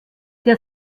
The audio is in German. der